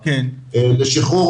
לשחרור,